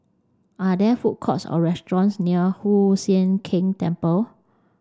are there food courts or restaurants near Hoon Sian Keng Temple